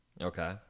Okay